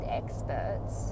experts